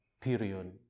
period